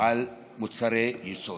על מוצרי יסוד.